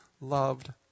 loved